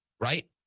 right